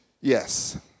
Yes